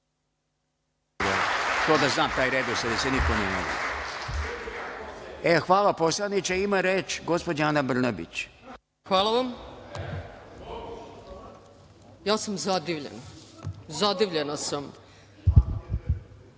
Hvala vam. Ja sam zadivljena. Zadivljena sam.